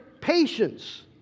patience